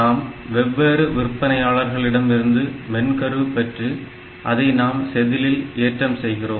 நாம் வெவ்வேறு விற்பனையாளர்களிடம் இருந்து மென்கரு பெற்று அதை நாம் செதிலில் ஏற்றம் செய்கிறோம்